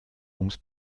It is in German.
ums